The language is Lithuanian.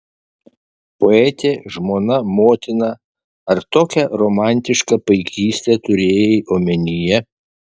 poetė žmona motina ar tokią romantišką paikystę turėjai omenyje